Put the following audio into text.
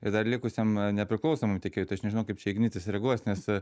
ir dar likusiam nepriklausomam tiekėjui tai aš nežinau kaip čia ignitis reaguos nes